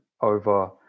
over